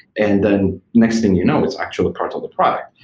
and then next thing you know it's actually part of the product.